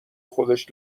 خودش